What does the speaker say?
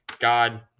God